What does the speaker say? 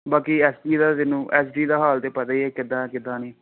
ਬਾਕੀ S P ਦਾ ਤੈਨੂੰ ਐਸ ਡੀ ਦਾ ਹਾਲ ਤਾਂ ਪਤਾ ਹੀ ਹੈ ਕਿੱਦਾਂ ਕਿੱਦਾਂ ਨਹੀਂ